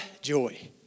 joy